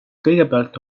kõigepealt